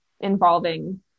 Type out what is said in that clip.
involving